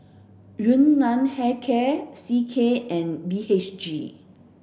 Yun Nam Hair Care C K and B H G